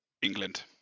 England